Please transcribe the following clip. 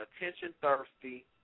attention-thirsty